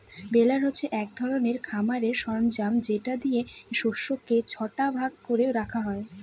বেলার হচ্ছে এক ধরনের খামারের সরঞ্জাম যেটা দিয়ে শস্যকে ছটা ভাগ করে রাখা হয়